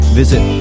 visit